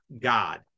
God